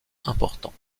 importants